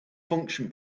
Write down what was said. function